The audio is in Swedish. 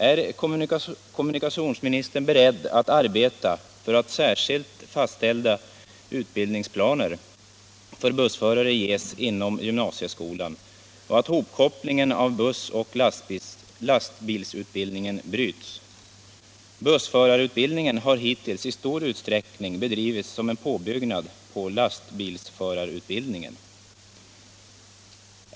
Är kommunikationsministern beredd att arbeta för att särskilt fastställda utbildningsplaner för bussförare tillkommer inom gymnasieskolan och att hopkopplingen av buss och lastbilsförarutbildningen bryts? Bussförarutbildningen har hittills i stor utsträckning bedrivits som en påbyggnad på lastbilsförarutbildningen.